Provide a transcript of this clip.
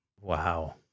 Wow